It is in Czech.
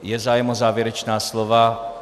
Je zájem o závěrečná slova?